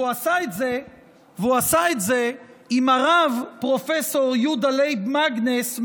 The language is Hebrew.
והוא עשה את זה עם הרב פרופ' יהודה לייב מאגנס,